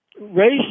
race